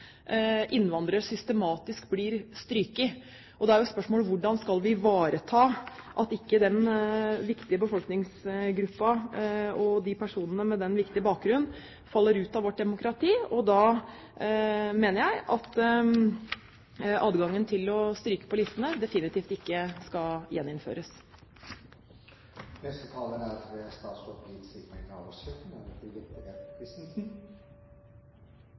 innvandrere systematisk blir strøket. Spørsmålet er: Hvordan skal vi ivareta at ikke denne viktige befolkningsgruppen, personene med denne viktige bakgrunnen, faller ut av vårt demokrati? Jeg mener at adgangen til å stryke på listene definitivt ikke skal gjeninnføres. Det er